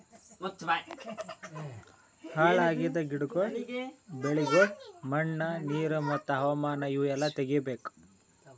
ಹಾಳ್ ಆಗಿದ್ ಗಿಡಗೊಳ್, ಬೆಳಿಗೊಳ್, ಮಣ್ಣ, ನೀರು ಮತ್ತ ಹವಾಮಾನ ಇವು ಎಲ್ಲಾ ತೆಗಿಬೇಕು